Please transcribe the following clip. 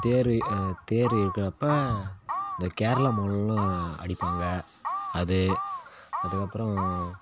தேர் தேர் இழுக்குறப்போ இந்த கேரளா மோளலாம் அடிப்பாங்கள் அது அதுக்கப்புறம்